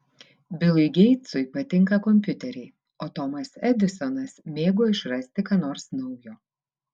bilui geitsui patinka kompiuteriai o tomas edisonas mėgo išrasti ką nors naujo